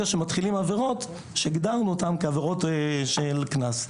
שמתחילות עבירות שהגדרנו אותן כעבירות קנס.